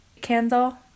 candle